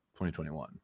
2021